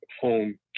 home